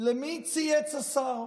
למי צייץ השר.